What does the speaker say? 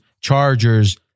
Chargers